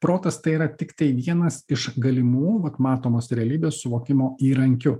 protas tai yra tiktai vienas iš galimų vat matomos realybės suvokimo įrankių